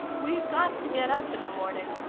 we've got to get up in the morning,